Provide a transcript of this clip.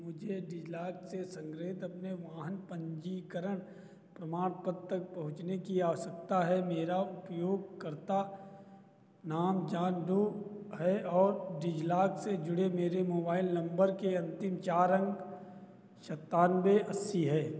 मुझे डिजिलाक से संग्रहीत अपने वाहन पंजीकरण प्रमाण पत्र तक पहुँचने की आवश्यकता है मेरा उपयोगकर्ता नाम जान डो है और डिजिलाक से जुड़े मेरे मोबाइल नंबर के अंतिम चार अंक सतानवे अस्सी है